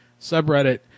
subreddit